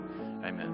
amen